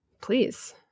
please